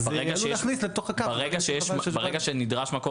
עלול להכניס לתוך הכף --- ברגע שנדרש מקור